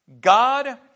God